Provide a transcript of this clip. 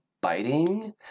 biting